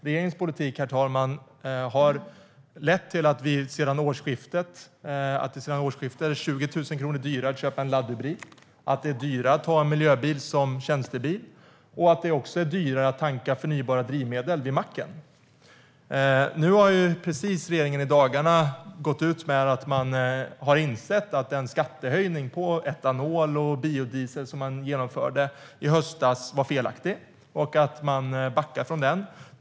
Regeringens politik har lett till att det sedan årsskiftet är 20 000 kronor dyrare att köpa laddhybrid, att det är dyrare att ha miljöbil som tjänstebil och att det också är dyrare att tanka förnybara drivmedel vid macken. Nu har regeringen precis i dagarna gått ut med att man har insett att den skattehöjning på etanol och biodiesel som man genomförde i höstas var felaktig och att man backar från den.